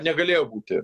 negalėjo būti